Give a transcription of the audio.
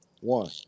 One